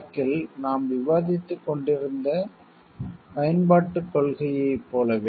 வழக்கில் நாம் விவாதித்துக் கொண்டிருந்த பயன்பாட்டுக் கொள்கையைப் போலவே